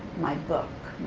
my book,